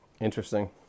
Interesting